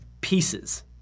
Pieces